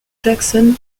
jackson